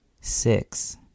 Six